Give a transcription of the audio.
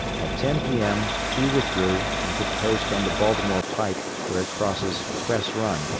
at ten p m. he withdrew and took post on the baltimore pike where it crosses cress run,